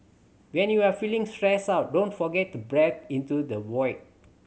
when you are feeling stressed out don't forget to breathe into the void